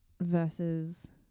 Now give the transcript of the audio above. versus